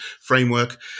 framework